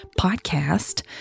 podcast